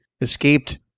Escaped